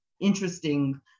interesting